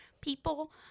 people